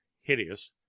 hideous